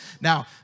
Now